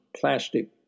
plastic